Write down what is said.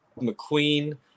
McQueen